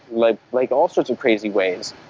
like like all sorts of crazy ways.